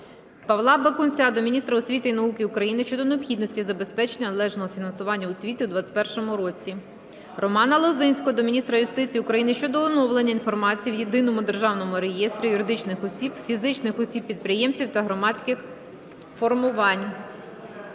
Павла Бакунця до міністра освіти і науки України щодо необхідності забезпечення належного фінансування освіти у 21-му році. Романа Лозинського до міністра юстиції України щодо оновлення інформації в Єдиному державному реєстрі юридичних осіб, фізичних осіб-підприємців та громадських формувань.